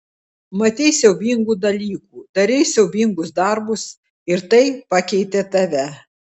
matei siaubingų dalykų darei siaubingus darbus ir tai pakeitė tave